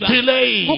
Delay